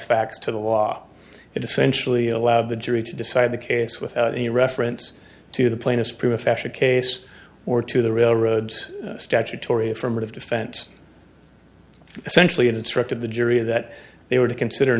facts to the law and essentially allow the jury to decide the case without any reference to the plaintiff's professional case or to the railroads statutory affirmative defense essentially instructed the jury that they were to consider